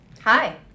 Hi